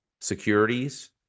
securities